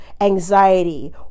anxiety